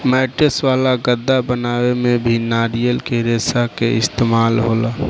mattress वाला गद्दा बनावे में भी नारियल के रेशा के इस्तेमाल होला